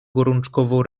gorączkowo